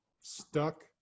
stuck